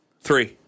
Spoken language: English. Three